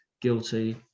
guilty